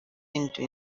into